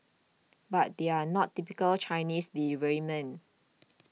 but they're not typical Chinese deliverymen